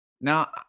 Now